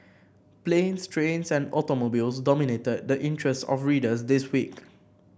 planes trains and automobiles dominated the interests of readers this week